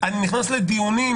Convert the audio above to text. אני נכנס לדיונים